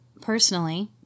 Personally